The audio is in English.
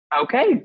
okay